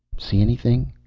see anything?